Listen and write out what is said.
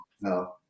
no